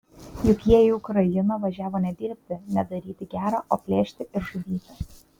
juk jie į ukrainą važiavo ne dirbti ne daryti gera o plėšti ir žudyti